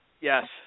yes